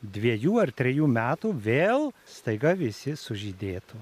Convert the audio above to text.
dviejų ar trejų metų vėl staiga visi sužydėtų